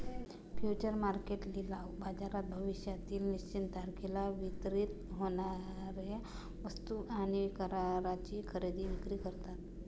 future market लिलाव बाजारात भविष्यातील निश्चित तारखेला वितरित होणार्या वस्तू आणि कराराची खरेदी विक्री करतात